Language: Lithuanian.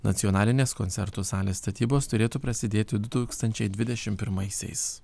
nacionalinės koncertų salės statybos turėtų prasidėti du tūkstančiai dvidešim pirmaisiais